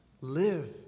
Live